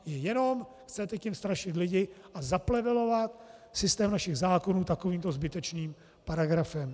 Jenom tím chcete strašit lidi a zaplevelovat systém našich zákonů takovýmto zbytečným paragrafem.